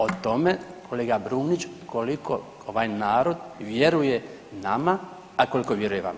O tome kolega Brumnić koliko ovaj narod vjeruje nama, a koliko vjeruje vama.